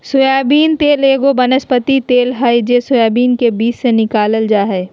soybean तेल एगो वनस्पति तेल हइ जे सोयाबीन के बीज से निकालल जा हइ